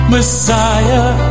Messiah